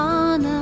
on